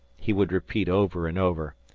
he would repeat over and over.